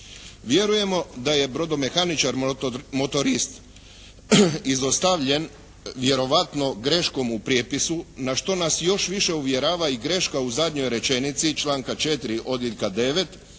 Vjerujemo da je brodomehaničar motorist izostavljen vjerojatno greškom u prijepisu na što nas još više uvjerava i greška u zadnjoj rečenici članka 4. odjeljka 9.